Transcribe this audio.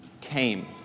came